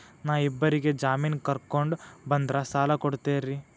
ನಾ ಇಬ್ಬರಿಗೆ ಜಾಮಿನ್ ಕರ್ಕೊಂಡ್ ಬಂದ್ರ ಸಾಲ ಕೊಡ್ತೇರಿ?